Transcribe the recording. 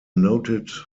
noted